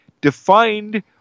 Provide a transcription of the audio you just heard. defined